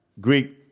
Greek